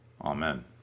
Amen